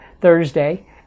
Thursday